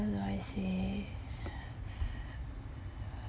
how do I say